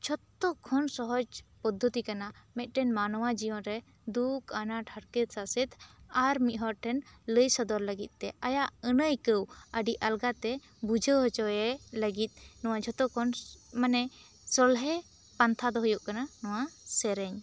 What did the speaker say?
ᱡᱷᱚᱛᱚ ᱠᱷᱚᱱ ᱥᱚᱦᱚᱡᱽ ᱯᱚᱫᱽᱫᱳᱛᱤ ᱠᱟᱱᱟ ᱢᱤᱫ ᱴᱮᱱ ᱢᱟᱱᱣᱟ ᱡᱤᱭᱚᱱ ᱨᱮ ᱫᱩᱠᱷ ᱟᱱᱟᱴ ᱦᱟᱨᱠᱮᱫ ᱥᱟᱥᱮᱫ ᱟᱨ ᱢᱤᱫ ᱦᱚᱲ ᱴᱷᱮᱱ ᱞᱟᱹᱭ ᱥᱚᱫᱚᱨ ᱞᱟᱹᱜᱤᱫ ᱛᱮ ᱟᱭᱟᱜ ᱟᱹᱱ ᱟᱹᱭᱠᱟᱹᱣ ᱟᱹᱰᱤ ᱟᱞᱜᱟ ᱛᱮ ᱵᱩᱡᱷᱟᱹᱣ ᱦᱚᱪᱚᱭᱮ ᱞᱟᱹᱜᱤᱫ ᱱᱚᱣᱟ ᱡᱷᱚᱛᱚ ᱠᱷᱚᱱ ᱢᱟᱱᱮ ᱥᱚᱞᱦᱮ ᱯᱟᱱᱛᱷᱟ ᱫᱚ ᱦᱩᱭᱩᱜ ᱠᱟᱱᱟ ᱱᱚᱣᱟ ᱥᱮᱨᱮᱧ